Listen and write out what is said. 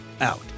out